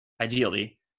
ideally